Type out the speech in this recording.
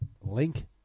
link